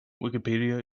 wikipedia